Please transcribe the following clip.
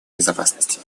безопасности